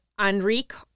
Enrique